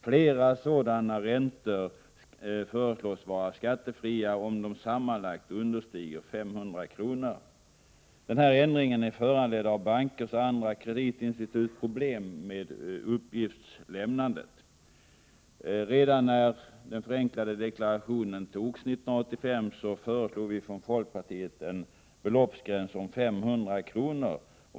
Flera sådana räntor föreslås vara skattefria om de sammanlagt understiger 500 kr. Den här ändringen är föranledd av bankers och andra kreditinstituts problem med uppgiftslämnandet. Redan när den förenklade självdeklarationen infördes 1985 föreslog vi i folkpartiet en beloppsgräns om 500 kr.